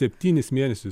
septynis mėnesius